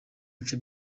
bice